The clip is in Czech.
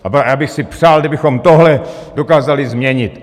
A já bych si přál, kdybychom tohle dokázali změnit.